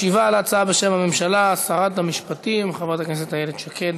משיבה על ההצעה בשם הממשלה שרת המשפטים חברת הכנסת איילת שקד,